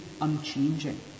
unchanging